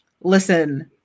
Listen